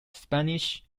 spanish